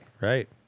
Right